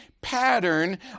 pattern